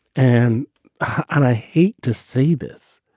and i hate to say this.